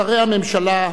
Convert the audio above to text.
שרי הממשלה,